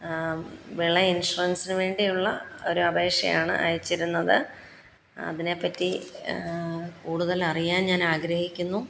വിള ഇൻഷുറൻസിന് വേണ്ടിയുള്ള ഒരു അപേക്ഷയാണ് അയച്ചിരുന്നത് അതിനെ പറ്റി കൂടുതൽ അറിയാൻ ഞാൻ ആഗ്രഹിക്കുന്നു